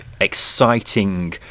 exciting